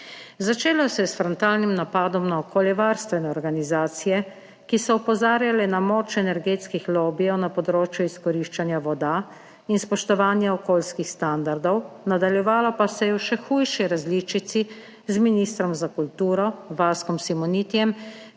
Začelo se je s frontalnim napadom na okoljevarstvene organizacije, ki so opozarjale na moč energetskih lobijev na področju izkoriščanja voda in spoštovanja okolijskih standardov, nadaljevalo pa se je v še hujši različici, z ministrom za kulturo Vaskom Simonitijem,